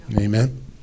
Amen